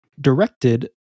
directed